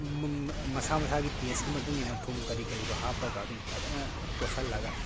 ꯃꯁꯥ ꯃꯁꯥꯒꯤ ꯇꯦꯁꯀꯤ ꯃꯇꯨꯡꯏꯟꯅ ꯊꯨꯝ ꯀꯔꯤ ꯀꯔꯤꯗꯣ ꯍꯥꯞꯄꯒ ꯑꯗꯨꯝ ꯐꯖꯅ ꯇꯣꯠꯁꯤꯜꯂꯒ